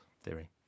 theory